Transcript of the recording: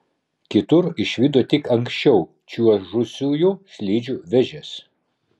kitur išvydo tik anksčiau čiuožusiųjų slidžių vėžes